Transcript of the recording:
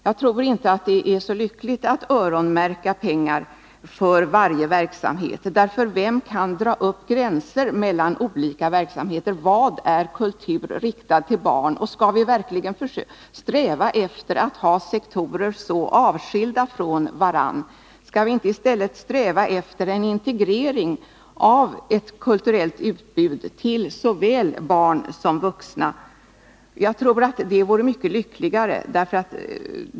Jag tror inte att det är så lyckligt att öronmärka pengar för varje verksamhet. Vem kan dra upp gränser mellan olika verksamheter? Vad är kultur riktad till barn? Och skall vi verkligen sträva efter att ha sektorer som är så avskilda från varandra? Skall vi inte i stället sträva efter en integrering av ett kulturellt utbud till såväl barn som vuxna? Jag tror att det vore mycket lyckligare.